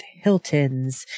Hilton's